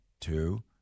two